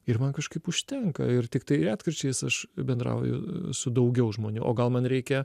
ir man kažkaip užtenka ir tiktai retkarčiais aš bendrauju su daugiau žmonių o gal man reikia